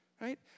Right